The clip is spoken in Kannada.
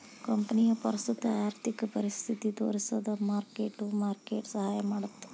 ಕಂಪನಿಯ ಪ್ರಸ್ತುತ ಆರ್ಥಿಕ ಸ್ಥಿತಿನ ತೋರಿಸಕ ಮಾರ್ಕ್ ಟು ಮಾರ್ಕೆಟ್ ಸಹಾಯ ಮಾಡ್ತದ